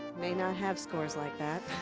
may not have scores like that.